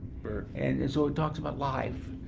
birth. and so it talked about life,